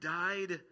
died